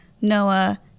Noah